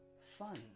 fun